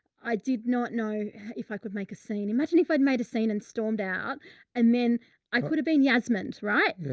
i did not know if i could make a scene. imagine if i might've seen and stormed out and then i could have been yasmined. right.